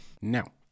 Now